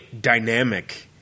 dynamic